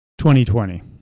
2020